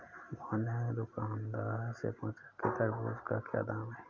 मोहन ने दुकानदार से पूछा कि तरबूज़ का क्या दाम है?